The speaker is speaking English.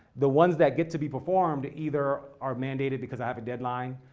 the ones that get to be performed either are mandated because i have a deadline,